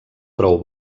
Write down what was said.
prou